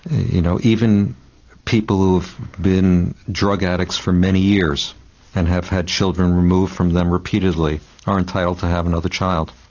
you know even people who have been drug addicts for many years and have had children removed from them repeatedly are entitled to have another child.